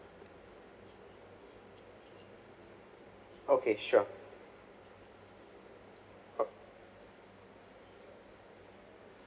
okay sure oh